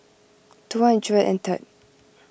two hundred and third